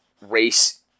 race